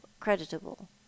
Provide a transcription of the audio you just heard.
creditable